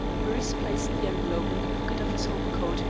bruce placed the envelope in the pocket of his overcoat,